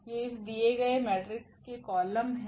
ये इस दिए गए मेट्रिक्स के कॉलम हैं